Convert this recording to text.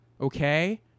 okay